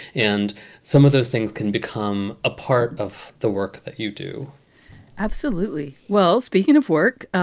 and some of those things can become a part of the work that you do absolutely. well, speaking of work,